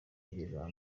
iryo